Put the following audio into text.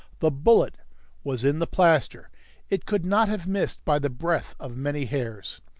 the bullet was in the plaster it could not have missed by the breadth of many hairs.